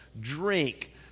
drink